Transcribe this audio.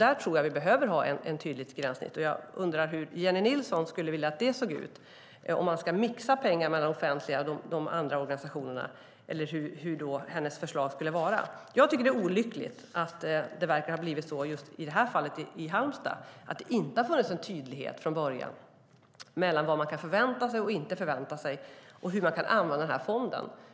Där tror jag att vi behöver ha ett tydligt gränssnitt. Jag undrar hur Jennie Nilsson skulle vilja att det såg ut. Ska man mixa pengar mellan offentliga och andra organisationer, eller hur skulle hennes förslag se ut? Jag tycker att det är olyckligt att det verkar ha blivit så i det här fallet i Halmstad att det inte har funnits en tydlighet från början gällande vad man kan och inte kan förvänta sig och hur man kan använda den här fonden.